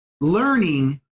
learning